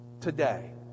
today